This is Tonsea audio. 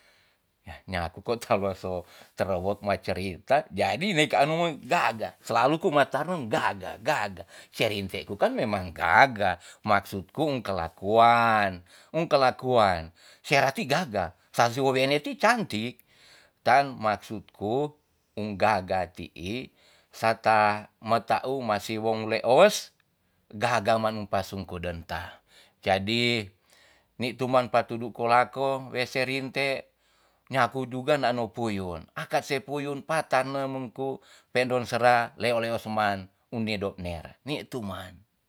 Ya nyaku ko talo so terowek ma certia, jadi meka anu men gaga slalu ku ma tarem gaga gaga, se rinte ku kan memang gaga. maksud ku kelakuan um kelakuan. serati gaga sa si wowene cantik, tan maksud ku um gaga ti'ii, sa ta meta u ma siwong leos, gaga manum pasungku denta. jadi ni tu man patudu kolakong we se rinte nyaku juga na no puyun akat se puyun pa tarnem ku pe'ndon sera leo leosman uni do mera ni tu man.